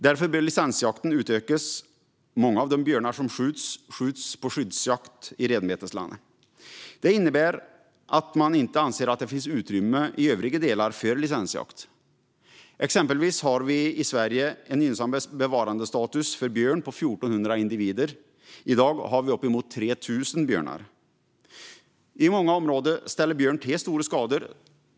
Därför bör licensjakten utökas. Många av de björnar som skjuts blir skjutna under skyddsjakt i renbeteslandet. Det innebär att man anser att det inte finns utrymme för licensjakt i övriga delar. Sverige har exempelvis har ett riktmärke för gynnsam bevarandestatus för björn på 1 400 individer. I dag har vi uppemot 3 000 björnar. I många områden ställer björnen till stora skador.